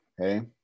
Okay